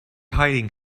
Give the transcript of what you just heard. hiding